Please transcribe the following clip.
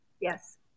Yes